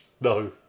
No